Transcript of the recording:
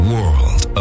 World